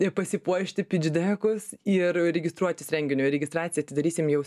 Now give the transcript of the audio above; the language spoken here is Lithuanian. ir pasipuošti pičdekus ir registruotis renginiui registraciją atidarysim jau